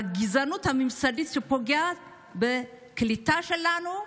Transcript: הגזענות הממסדית פוגעת בקליטה שלנו,